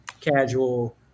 casual